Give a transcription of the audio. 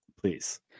Please